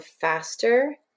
faster